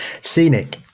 Scenic